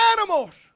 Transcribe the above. animals